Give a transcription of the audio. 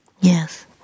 yes